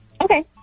Okay